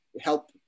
help